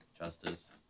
Justice